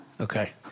Okay